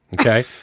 okay